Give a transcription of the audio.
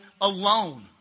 alone